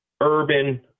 Urban